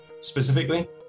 specifically